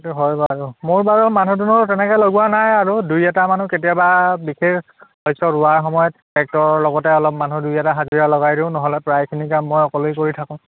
সেইটো হয় বাৰু মোৰ বাৰু মানুহ দুনুহ তেনেকৈ লগোৱা নাই আৰু দুই এটা মানুহ কেতিয়াবা বিশেষ শস্য ৰোৱাৰ সময়ত ট্ৰেক্টৰ লগতে অলপ মানুহ দুই এটা হাজিৰা লগাই দিওঁ নহ'লে প্ৰায়খিনি কাম মই অকলেই কৰি থাকোঁ